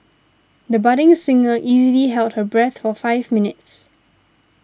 the budding singer easily held her breath for five minutes